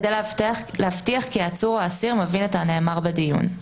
כדי להבטיח כי העצור או האסיר מבין את הנאמר בדיון.